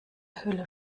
hölle